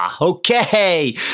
Okay